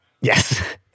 Yes